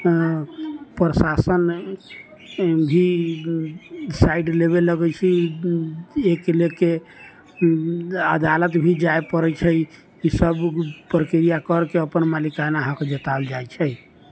प्रशासन भी साइड लेबय लगै छै एहिके लेके अदालत भी जाय परै छै इसब प्रक्रिया करके अपन मालिकाना हक जतायल जाइ छै